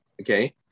okay